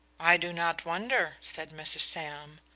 i do not wonder, said mrs. sam.